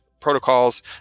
protocols